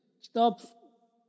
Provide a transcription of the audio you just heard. stop